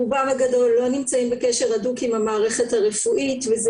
רובם הגדול לא נמצאים בקשר הדוק עם המערכת הרפואית וזה